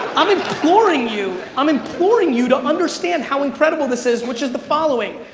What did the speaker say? i'm imploring you, i'm imploring you to understand how incredible this is which is the following.